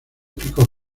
picos